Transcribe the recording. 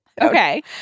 Okay